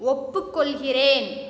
ஒப்புக்கொள்கிறேன்